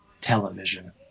television